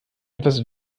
etwas